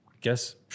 guess